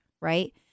right